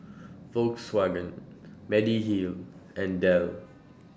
Volkswagen Mediheal and Dell